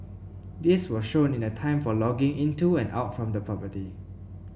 this was shown in the time for logging into and out from the property